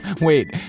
Wait